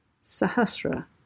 Sahasra